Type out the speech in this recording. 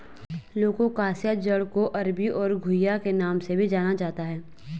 colocasia जड़ को अरबी और घुइआ के नाम से भी जाना जाता है